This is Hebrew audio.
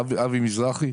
אבי מזרחי.